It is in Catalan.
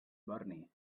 borni